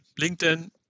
LinkedIn